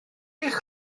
eich